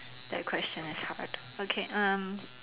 that question is hard okay um